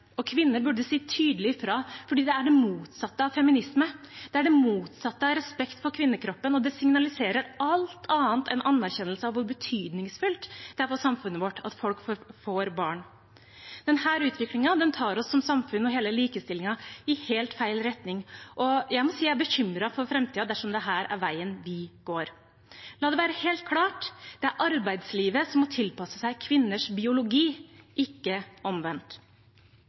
det motsatte av feminisme. Det er det motsatte av respekt for kvinnekroppen, og det signaliserer alt annet enn anerkjennelse av hvor betydningsfullt det er for samfunnet vårt at folk får barn. Denne utviklingen tar oss som samfunn og hele likestillingen i helt feil retning, og jeg må si jeg er bekymret for framtiden dersom dette er veien vi går. La det være helt klart: Det er arbeidslivet som må tilpasse seg kvinners biologi, ikke omvendt.